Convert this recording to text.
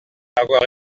avoir